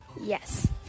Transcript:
yes